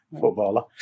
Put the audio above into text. footballer